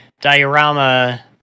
diorama